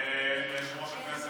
ליושב-ראש הכנסת.